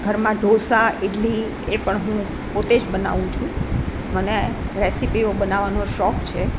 ઘરમાં ઢોંસા ઇડલી એ પણ હું પોતે જ બનાવું છું મને રેસીપીઓ બનાવવાનો શોખ છે